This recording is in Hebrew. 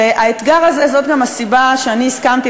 והאתגר הזה הוא גם הסיבה שאני הסכמתי,